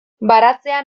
baratzean